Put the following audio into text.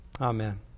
Amen